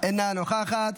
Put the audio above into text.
אינה נוכחת,